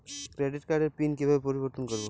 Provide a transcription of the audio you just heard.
Credit কার্ডের পিন কিভাবে পরিবর্তন করবো?